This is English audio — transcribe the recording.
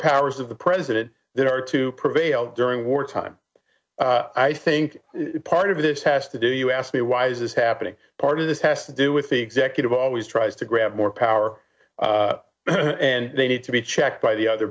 powers of the president there are to prevail during war time i think part of this has to do you asked me why is this happening part of this has to do with the executive always tries to grab more power and they need to be checked by the other